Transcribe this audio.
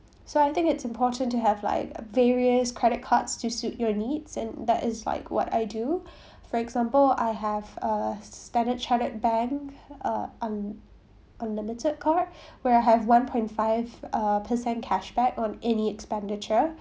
so I think it's important to have like various credit cards to suit your needs and that is like what I do for example I have a standard chartered bank uh un~ unlimited card where I have one point five uh percent cashback on any expenditure